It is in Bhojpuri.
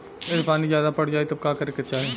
यदि पानी ज्यादा पट जायी तब का करे के चाही?